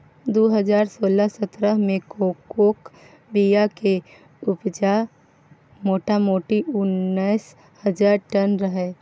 दु हजार सोलह सतरह मे कोकोक बीया केर उपजा मोटामोटी उन्नैस हजार टन रहय